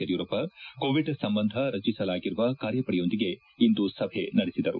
Yediyurappa Covid ಸಂಬಂಧ ರಚಿಸಲಾಗಿರುವ ಕಾರ್ಯಪಡೆಯೊಂದಿಗೆ ಇಂದು ಸಭೆ ನಡೆಸಿದರು